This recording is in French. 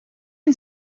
une